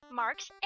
marks